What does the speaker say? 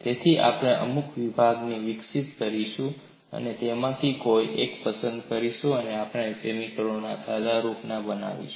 તેથી આપણે અમુક વિભાવનાઓ વિકસિત કરીશું અને તેમાંથી કોઈ એક પસંદ કરીને આપણા સમીકરણો સાદારૂપના બનાવશું